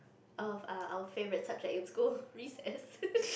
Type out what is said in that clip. of err our favorite subject in school recess